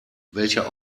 welcher